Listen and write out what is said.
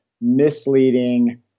misleading